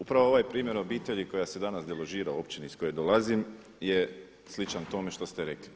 Upravo ovaj primjer obitelji koja se danas deložira u općini iz koje dolazim je sličan tome što ste rekli.